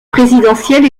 présidentiel